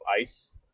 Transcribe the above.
ice